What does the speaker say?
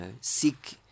seek